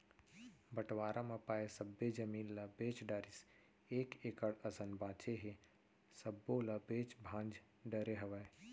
बंटवारा म पाए सब्बे जमीन ल बेच डारिस एक एकड़ असन बांचे हे सब्बो ल बेंच भांज डरे हवय